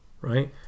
Right